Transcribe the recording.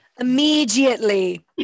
immediately